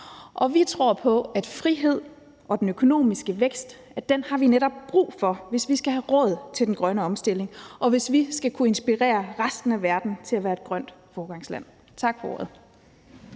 har brug for friheden og den økonomiske vækst, hvis vi skal have råd til den grønne omstilling, og hvis vi skal kunne inspirere resten af verden til at være grønne foregangslande. Tak for ordet.